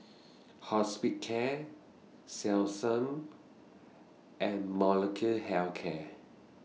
Hospicare Selsun and Molnylcke Health Care